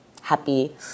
happy